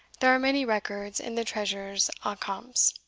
there are many records in the treasurer's accompts.